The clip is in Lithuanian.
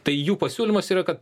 tai jų pasiūlymas yra kad